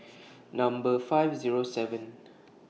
Number five Zero seven